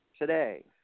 Today